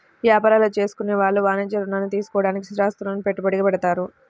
యాపారాలు చేసుకునే వాళ్ళు వాణిజ్య రుణాల్ని తీసుకోడానికి స్థిరాస్తులను పెట్టుబడిగా పెడతారు